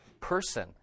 person